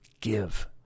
Give